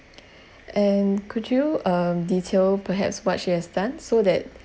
and could you um detail perhaps what she has done so that